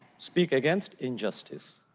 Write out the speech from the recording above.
speak against injustice.